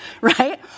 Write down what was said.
Right